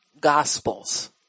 Gospels